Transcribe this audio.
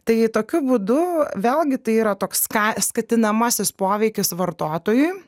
tai tokiu būdu vėlgi tai yra toks ska skatinamasis poveikis vartotojui